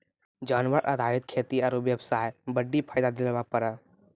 जानवर आधारित खेती आरू बेबसाय बड्डी फायदा दिलाबै पारै